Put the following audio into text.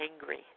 angry